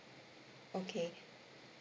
okay